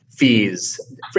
Fees